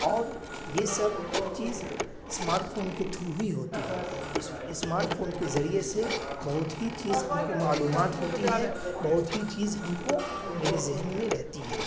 اور یہ سب چیز اسمارٹ فون کے تھرو ہی ہوتی ہے اس اسمارٹ فون کے ذریعے سے بہت ہی چیز ہم کو معلومات ہوتی ہے بہت ہی چیز ہم کو میرے ذہن میں رہتی ہے